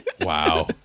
Wow